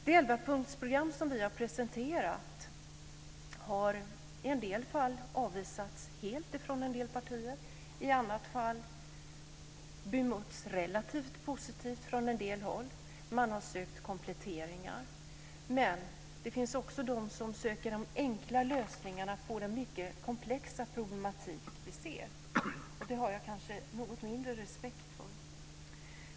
Det elvapunktsprogram som vi har presenterat har i en del fall avvisats helt från en del partier, i annat fall bemötts relativt positivt från en del håll. Man har sökt kompletteringar. Men det finns också de som söker de enkla lösningarna på den mycket komplexa problematik vi ser, och det har jag kanske mindre respekt för.